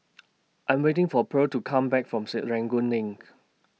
I Am waiting For Pearle to Come Back from Serangoon LINK